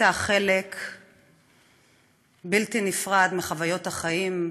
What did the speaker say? הייתה חלק בלתי נפרד מחוויות החיים,